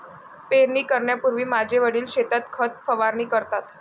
पेरणी करण्यापूर्वी माझे वडील शेतात खत फवारणी करतात